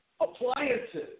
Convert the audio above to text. appliances